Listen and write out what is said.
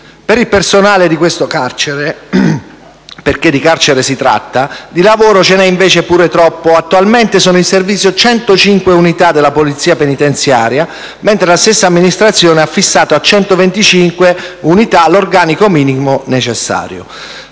Per il personale del carcere di Vasto - perché di carcere si tratta - di lavoro invece ce n'è pure troppo. Attualmente sono in servizio 105 unità della Polizia penitenziaria, mentre la stessa amministrazione ha fissato a 125 unità l'organico minimo necessario.